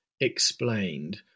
explained